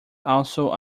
also